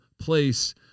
place